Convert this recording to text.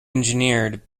engineered